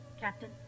Captain